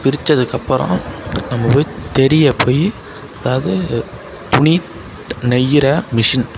பிரித்ததுக்கு அப்புறம் நம்ம போய் தறியை போய் அதாவது துணி நெய்யுற மிஷின்